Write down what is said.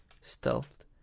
Stealth